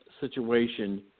situation